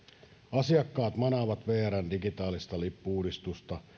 asiakkaat manaavat vrn digitaalista lippu uudistusta